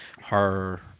horror